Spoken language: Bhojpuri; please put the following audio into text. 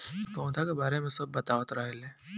इ पौधा के बारे मे सब बतावत रहले